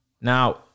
Now